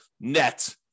net